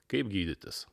kaip gydytis